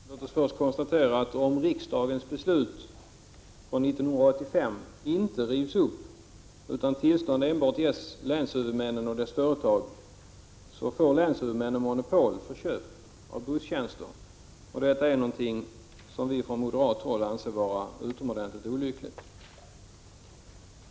Herr talman! Låt oss först konstatera att om riksdagens beslut från 1985 inte rivs upp, utan tillstånd enbart ges länshuvudmännen och deras företag, får länshuvudmännen monopol på köp av busstjänster. Detta är någonting som vi från moderat håll anser vara utomordentligt olyckligt.